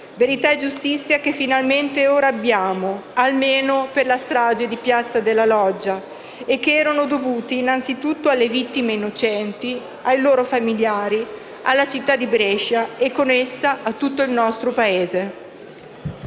Verità e giustizia che finalmente ora abbiamo, almeno per la strage di piazza della Loggia, e che erano dovuti innanzitutto alle vittime innocenti, ai loro familiari, alla città di Brescia e, con essa, a tutto il nostro Paese.